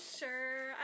sure